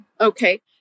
Okay